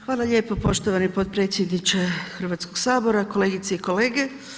Hvala lijepa poštovani potpredsjedniče Hrvatskog sabora, kolegice i kolege.